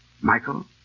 Michael